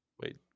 Wait